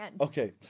Okay